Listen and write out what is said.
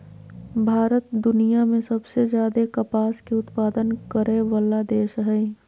भारत दुनिया में सबसे ज्यादे कपास के उत्पादन करय वला देश हइ